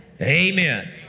Amen